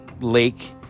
lake